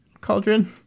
Cauldron